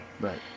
Right